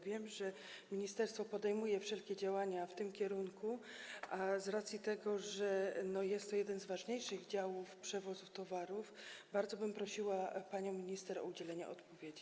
Wiem, że ministerstwo podejmuje wszelkie działania w tym kierunku, a z racji tego, że jest to jeden z ważniejszych działów w zakresie przewozu towarów, bardzo bym prosiła panią minister o udzielenie odpowiedzi.